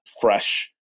fresh